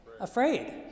afraid